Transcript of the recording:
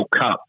Cup